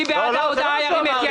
מי בעד ההודעה, ירים את ידו?